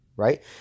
right